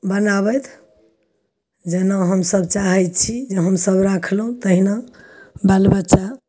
बनाबथि जहिना हमसब चाहैत छी जे हमसब राखलहुँ तहिना बाल बच्चा